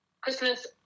Christmas